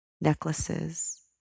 necklaces